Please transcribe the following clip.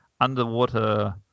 underwater